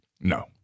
No